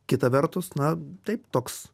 kita vertus na taip toks